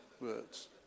words